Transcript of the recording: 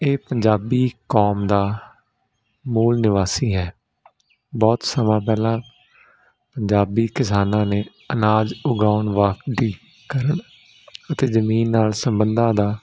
ਇਹ ਪੰਜਾਬੀ ਕੌਮ ਦਾ ਮੂਲ ਨਿਵਾਸੀ ਹੈ ਬਹੁਤ ਸਮਾਂ ਪਹਿਲਾਂ ਪੰਜਾਬੀ ਕਿਸਾਨਾਂ ਨੇ ਅਨਾਜ ਉਗਾਉਣ ਵਾਕ ਦੀ ਕਰਨ ਅਤੇ ਜ਼ਮੀਨ ਨਾਲ ਸੰਬੰਧਾਂ ਦਾ